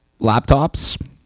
laptops